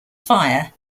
fire